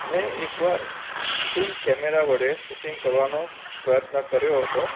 મેં એકવાર film camera વડે સૂટિંગ કરવાનો પ્રયત્ન કર્યો હતો